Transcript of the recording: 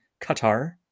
Qatar